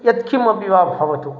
यत्किमपि वा भवतु